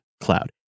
cloud